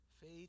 Faith